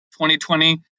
2020